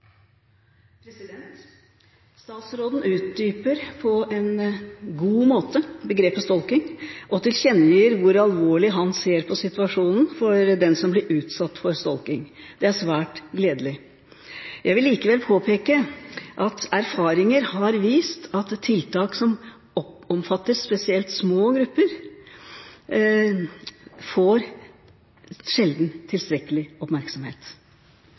tilkjennegir hvor alvorlig han ser på situasjonen for den som blir utsatt for stalking. Det er svært gledelig. Jeg vil likevel påpeke at erfaringer har vist at tiltak som omfatter spesielt små grupper, får sjelden tilstrekkelig oppmerksomhet,